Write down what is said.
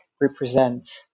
represent